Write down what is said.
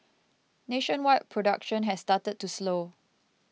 nationwide production has started to slow